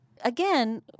again